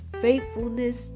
faithfulness